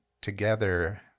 together